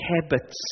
habits